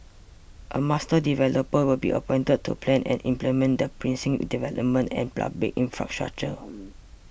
a master developer will be appointed to plan and implement the precinct's developments and public infrastructure